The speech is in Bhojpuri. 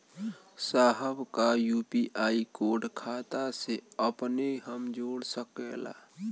साहब का यू.पी.आई कोड खाता से अपने हम जोड़ सकेला?